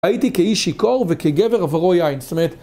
הייתי כאיש שיכור וכגבר עברו יין, זאת אומרת...